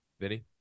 Vinny